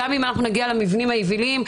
גם אם אנחנו נגיע למבנים היבילים,